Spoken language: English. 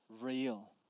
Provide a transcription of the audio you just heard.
real